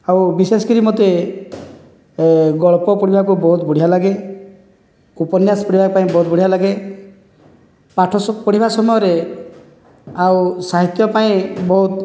ଆଉ ବିଶେଷକିରି ମୋତେ ଗଳ୍ପ ପଢ଼ିବାକୁ ବହୁତ ବଢ଼ିଆ ଲାଗେ ଉପନ୍ୟାସ ପଢ଼ିବା ପାଇଁ ବହୁତ ବଢ଼ିଆ ଲାଗେ ପାଠ ସବୁ ପଢ଼ିବା ସମୟରେ ଆଉ ସାହିତ୍ୟ ପାଇଁ ବହୁତ